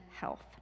Health